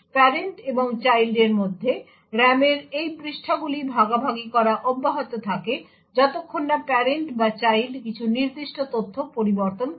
parent এবং চাইল্ডের মধ্যে RAM এর এই পৃষ্ঠাগুলি ভাগাভাগি করা অব্যাহত থাকে যতক্ষণ না প্যারেন্ট বা চাইল্ড কিছু নির্দিষ্ট তথ্য পরিবর্তন করে